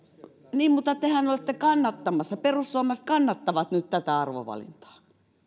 niin mutta tehän olette kannattamassa perussuomalaiset kannattavat nyt tätä arvovalintaa